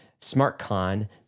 SmartCon